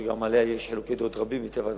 שגם עליה יש חילוקי דעות רבים מאוד מטבע הדברים,